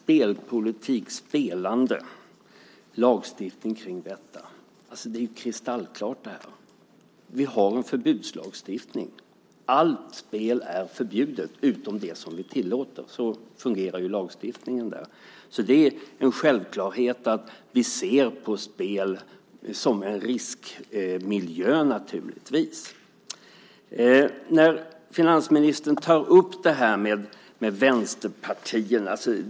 Herr talman! Lagstiftningen kring spelpolitik och spelande är kristallklar. Vi har förbudslagstiftning. Allt spel är förbjudet utom det som vi tillåter. Så fungerar lagstiftningen. Det är en självklarhet att vi ser på spel som en riskmiljö, naturligtvis. Finansministern tar upp det här med vänsterpartierna.